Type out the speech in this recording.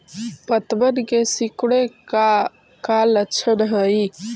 पत्तबन के सिकुड़े के का लक्षण हई?